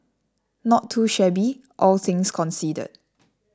not too shabby all things considered